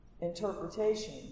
interpretation